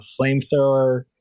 flamethrower